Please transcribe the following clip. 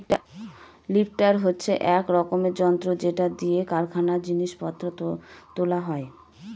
lifter হচ্ছে এক রকমের যন্ত্র যেটা দিয়ে কারখানায় জিনিস পত্র তোলা হয়